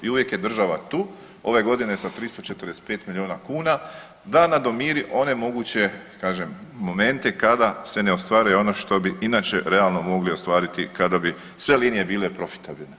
I uvijek je država tu, ove godine sa 345 miliona kuna da nadomiri one moguće kažem momente kada se ne ostvaruje ono što bi inače realno mogli ostvariti kada bi sve linije bile profitabilne.